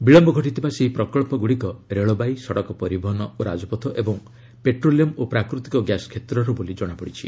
ବିଳମ୍ଘ ଘଟିଥିବା ସେହି ପ୍ରକଳ୍ପଗୁଡ଼ିକ ରେଳବାଇ ସଡ଼କ ପରିବହନ ଓ ରାଜପଥ ଏବଂ ପେଟ୍ରୋଲିୟମ୍ ଓ ପ୍ରାକୃତିକ ଗ୍ୟାସ୍ କ୍ଷେତ୍ରର ବୋଲି ଜଣାପଡ଼ିଛି